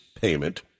payment